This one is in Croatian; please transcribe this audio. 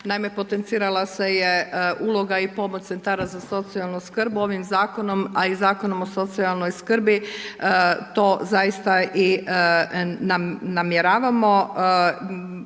Naime, potencirala se je uloga i pobod Centara za socijalnu skrb ovim Zakonom, a i Zakonom o socijalnoj skrbi to zaista i namjeravamo.